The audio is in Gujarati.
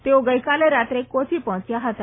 તેઓ ગઈકાલે રાત્રે કોચી પહોચ્યા હતા